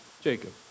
Jacob